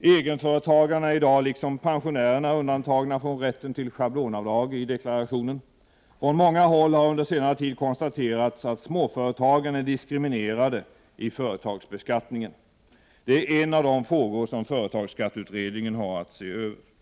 Egenföretagarna är i dag liksom pensionärerna undantagna från rätten till schablonavdrag i deklarationen. Från många håll har under senare tid konstaterats att småföretagen är diskriminerade i företagsbeskattningen. Detta är en av de frågor som företagsskatteutredningen har att se över.